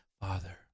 Father